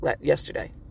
Yesterday